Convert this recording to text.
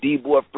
D-Boy